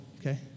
Okay